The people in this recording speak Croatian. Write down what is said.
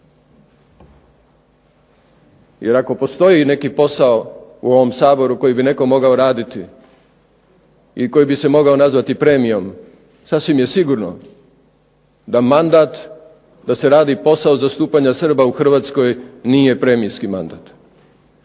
jer ako postoji neki posao u ovom Saboru koji bi netko mogao raditi i koji bi se mogao nazvati premijom, sasvim je sigurno da mandat, da se radi posao zastupanja Srba u Hrvatskoj nije premijski mandat,